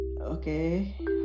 Okay